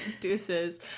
deuces